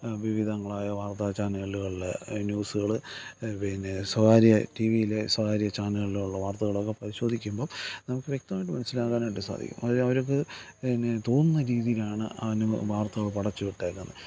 വിവിധങ്ങളായ വാർത്താ ചാനലുകളിലെ ഈ ന്യൂസുകൾ പിന്നെ സ്വകാര്യ ടി വിയിൽ സ്വകാര്യ ചാനലുകളിലും ഉള്ള വാർത്തകളൊക്കെ പരിശോധിക്കുമ്പം നമുക്ക് വ്യക്തമായിട്ട് മനസ്സിലാക്കാനായിട്ട് സാധിക്കും അവരവർക്ക് പിന്നെ തോന്നുന്ന രീതിയിലാണ് ആ ന് വാർത്തകൾ പടച്ച് വിട്ടിരിക്കുന്നത്